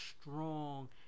strong